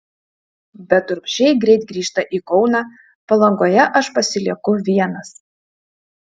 bet urbšiai greit grįžta į kauną palangoje aš pasilieku vienas